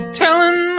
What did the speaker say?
telling